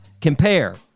compare